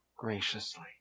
Graciously